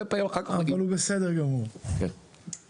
אבל הוא בסדר גמור לחלוטין.